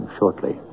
shortly